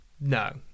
no